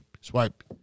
swipe